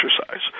exercise